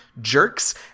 jerks